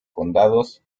condados